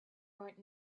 right